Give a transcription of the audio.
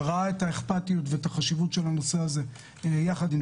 שראה את האכפתיות ואת חשיבות הנושא הזה יחד עם